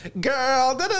Girl